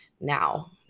now